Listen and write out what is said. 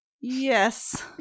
Yes